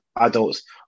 Adults